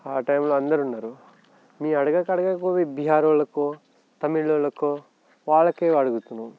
ఆ టైంలో అందరున్నారు మేము అడగక అడగక పోయి బీహారోళ్ళకో తమిళోళ్ళకో వాళ్ళకే అడుగుతున్నారు